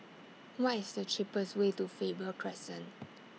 What IS The cheapest Way to Faber Crescent